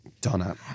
Donna